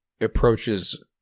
approaches